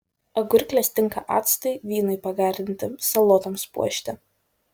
agurklės tinka actui vynui pagardinti salotoms puošti